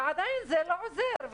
ועדיין זה לא עוזר.